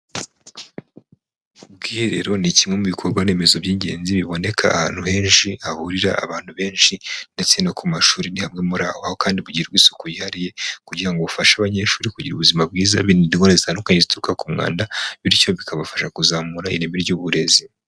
Ubwiherero ni kimwe mu bikorwa remezo by'ingenzi biboneka ahantu henshi hahurira abantu benshi, ndetse no ku mashuri ni hamwe muri aho, aho kandi bugirirwa isuku yihariye kugira ngo bufashe abanyeshuri kugira ubuzima, birinda indwara zitandukanye zituruka ku mwanda, bityo bikabafasha kuzamura ireme ry'uburezi.